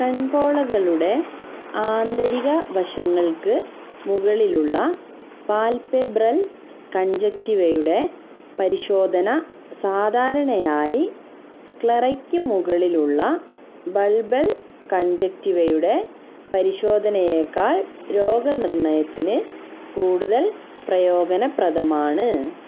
കൺപോളകളുടെ ആന്തരിക വശങ്ങൾക്ക് മുകളിലുള്ള പാൽപെബ്രൽ കൺജങ്ക്റ്റിവയുടെ പരിശോധന സാധാരണയായി സ്ക്ലെറയ്ക്ക് മുകളിലുള്ള ബൾബൽ കൺജങ്ക്റ്റിവയുടെ പരിശോധനയേക്കാൾ രോഗനിർണയത്തിന് കൂടുതൽ പ്രയോജനപ്രദമാണ്